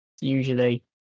usually